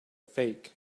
fake